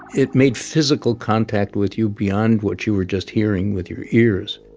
it made physical contact with you beyond what you were just hearing with your ears.